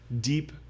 deep